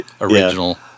original